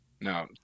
No